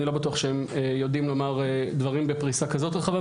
אני לא בטוח שהם יודעים לומר דברים בפריסה כזאת רחבה,